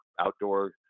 outdoor